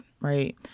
right